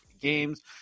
games